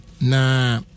nah